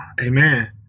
Amen